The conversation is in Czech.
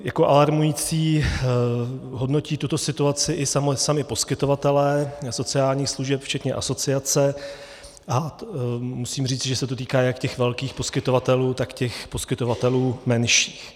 Jako alarmující hodnotí tuto situaci i sami poskytovatelé sociálních služeb včetně asociace a musím říci, že se to týká jak těch velkých poskytovatelů, tak poskytovatelů menších.